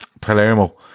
Palermo